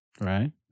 Right